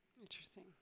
Interesting